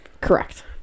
Correct